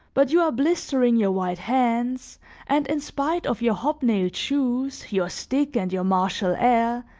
but you are blistering your white hands and in spite of your hobnailed shoes, your stick and your martial air,